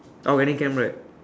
ah wedding camp right